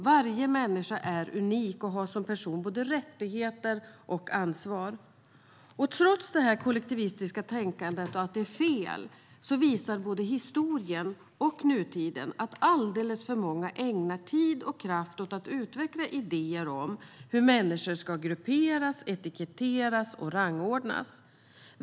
Varje människa är unik och har som person både rättigheter och ansvar. Trots att det kollektivistiska tänkandet är fel visar såväl historien som nutiden att alldeles för många ägnar tid och kraft åt att utveckla idéer om hur människor ska grupperas, etiketteras och rangordnas.